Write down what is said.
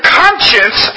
conscience